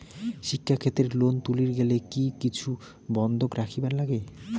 শিক্ষাক্ষেত্রে লোন তুলির গেলে কি কিছু বন্ধক রাখিবার লাগে?